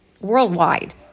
worldwide